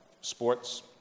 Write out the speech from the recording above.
sports